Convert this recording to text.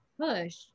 push